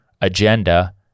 agenda